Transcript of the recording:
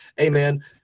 amen